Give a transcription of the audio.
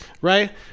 right